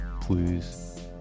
please